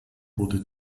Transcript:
wurde